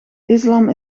islam